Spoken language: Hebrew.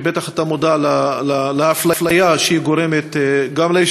שבטח אתה מודע לאפליה שהיא גורמת ליישובים